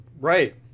right